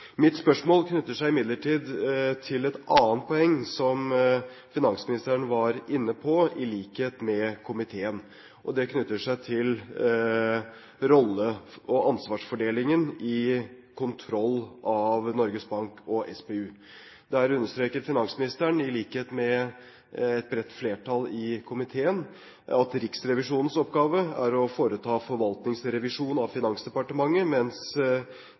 Mitt spørsmål knytter seg imidlertid til et annet poeng som finansministeren var inne på, i likhet med komiteen. Det knytter seg til rolle- og ansvarsfordelingen i kontrollen av Norges Bank og SPU. Der understreket finansministeren, i likhet med et bredt flertall i komiteen, at Riksrevisjonens oppgave er å foreta forvaltningsrevisjon av Finansdepartementet, mens